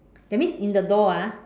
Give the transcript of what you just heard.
that means in the door ah